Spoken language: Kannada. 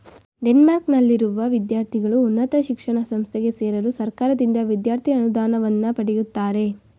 ಡೆನ್ಮಾರ್ಕ್ನಲ್ಲಿರುವ ವಿದ್ಯಾರ್ಥಿಗಳು ಉನ್ನತ ಶಿಕ್ಷಣ ಸಂಸ್ಥೆಗೆ ಸೇರಲು ಸರ್ಕಾರದಿಂದ ವಿದ್ಯಾರ್ಥಿ ಅನುದಾನವನ್ನ ಪಡೆಯುತ್ತಾರೆ